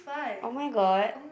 [oh]-my-god